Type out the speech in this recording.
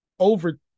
Over